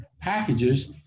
packages